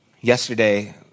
Yesterday